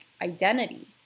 identity